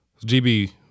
GB